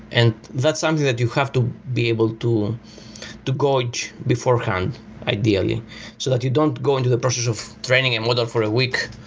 and that's something that you have to be able to to gauge beforehand ideally so that you don't go into the process of training a model for a week,